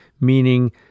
meaning